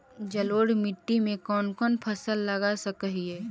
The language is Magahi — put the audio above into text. जलोढ़ मिट्टी में कौन कौन फसल लगा सक हिय?